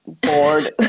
bored